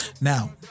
Now